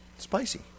Spicy